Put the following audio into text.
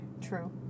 True